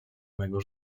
mego